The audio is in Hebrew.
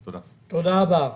תודה רבה.